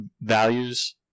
values